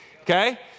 Okay